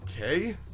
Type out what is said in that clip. Okay